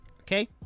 Okay